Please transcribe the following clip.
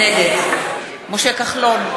נגד משה כחלון,